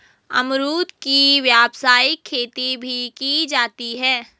अमरुद की व्यावसायिक खेती भी की जाती है